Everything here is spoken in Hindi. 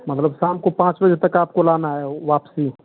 मतलब शाम को पाँच बजे तक आपको लाना है आपको वापसी